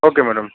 okay madam